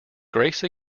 grace